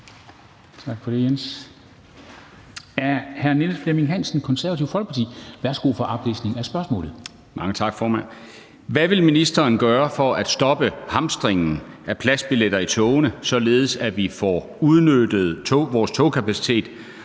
Hvad vil ministeren gøre for at stoppe hamstringen af pladsbilletter i togene, således at vi får udnyttet vores togkapacitet,